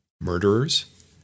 murderers